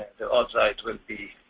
the onsite will be